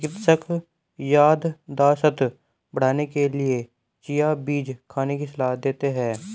चिकित्सक याददाश्त बढ़ाने के लिए चिया बीज खाने की सलाह देते हैं